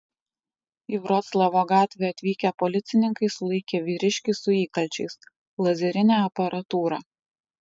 į vroclavo gatvę atvykę policininkai sulaikė vyriškį su įkalčiais lazerine aparatūra